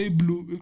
blue